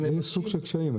איזה סוג של קשיים?